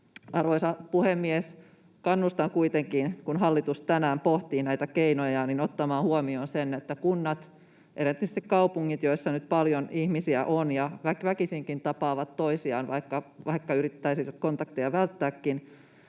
Arvoisa puhemies! Kannustan kuitenkin, kun hallitus tänään pohtii näitä keinojaan, ottamaan huomioon sen, että kunnissa, erityisesti kaupungeissa, joissa nyt paljon ihmisiä on ja he väkisinkin tapaavat toisiaan, vaikka yrittäisivät kontakteja välttääkin,